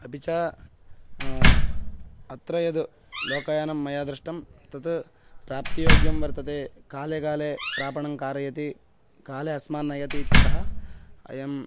अपि च अत्र यद् लोकयानं मया दृष्टं तत् प्राप्तियोग्यं वर्तते काले काले प्रापणं कारयति काले अस्मान्नयति इत्यतः अयं